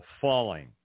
falling